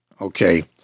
Okay